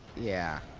yeah.